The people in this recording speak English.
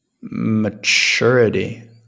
maturity